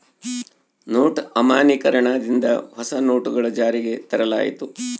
note ಅಮಾನ್ಯೀಕರಣ ದಿಂದ ಹೊಸ ನೋಟುಗಳು ಜಾರಿಗೆ ತರಲಾಯಿತು